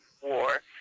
war